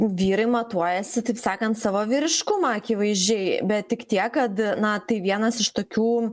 vyrai matuojasi taip sakant savo vyriškumą akivaizdžiai bet tik tiek kad na tai vienas iš tokių